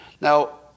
Now